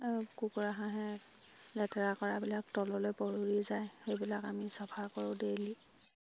আৰু কুকুৰা হাঁহে লেতেৰা কৰাবিলাক তললৈ পৰি যায় সেইবিলাক আমি চাফা কৰোঁ ডেইলী